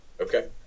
okay